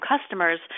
customers